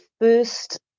first